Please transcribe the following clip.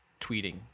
tweeting